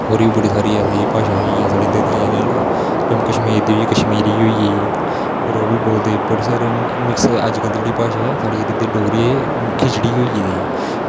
होर बी बड़ी सारी ऐसी भाशा होई गेइयां साढ़े इद्धर दियां जम्मू कश्मीर दी जेह्ड़ी कश्मीरी होई गेई फिर ओह् बी बोलदे बड़े सारे मिक्स अजकल्ल दी जेह्ड़ी भाशा ऐ साढ़ी इद्धर दी डोगरी ऐ खिचड़ी होई गेदी